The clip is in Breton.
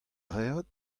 reot